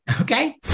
Okay